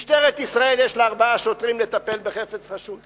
משטרת ישראל יש לה ארבעה שוטרים לטפל בחפץ חשוד?